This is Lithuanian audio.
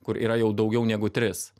kur yra jau daugiau negu trys